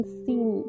seen